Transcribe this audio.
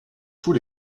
tous